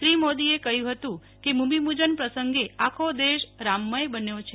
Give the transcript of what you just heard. શ્રી મોદીએ કહ્યું હતું કે ભૂમિપૂજન પ્રસંગે આખો દેશ રામમય બન્યો છે